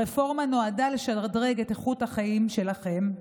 הרפורמה נועדה לשדרג את איכות החיים שלכם,